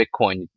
Bitcoin